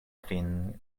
kvin